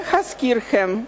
להזכירכם,